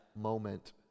moment